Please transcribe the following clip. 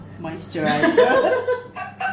moisturizer